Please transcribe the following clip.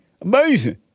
Amazing